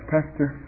Pastor